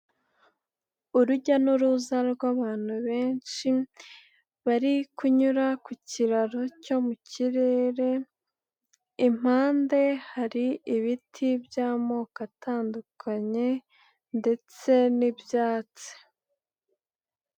Urujya n'uruza rw'abantu benshi, bari kunyura ku kiraro cyo mu kirere, impande hari ibiti by'amoko atandukanye ndetse n'ibyatsi.